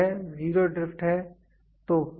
तो यह zero drift है